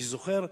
אני זוכר,